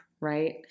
right